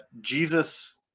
Jesus